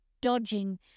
dodging